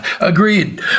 Agreed